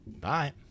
Bye